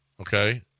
okay